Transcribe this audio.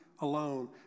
alone